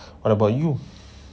what about you